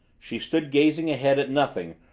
she stood gazing ahead at nothing,